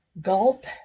Gulp